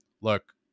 look